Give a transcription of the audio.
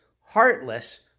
heartless